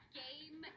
game